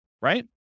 right